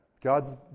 God's